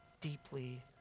deeply